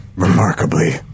remarkably